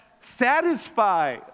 satisfy